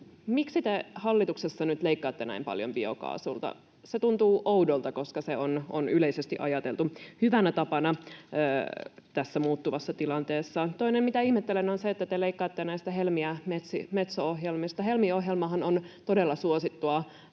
Miksi te hallituksessa nyt leikkaatte näin paljon biokaasulta? Se tuntuu oudolta, koska se on yleisesti ajateltu hyvänä tapana tässä muuttuvassa tilanteessa. Toinen, mitä ihmettelen, on se, että te leikkaatte Helmi- ja Metso-ohjelmista. Helmi-ohjelmahan on todella suosittu